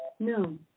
No